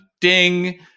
Ding